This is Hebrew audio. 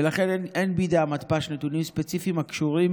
ולכן אין בידי המתפ"ש נתונים ספציפיים הקשורים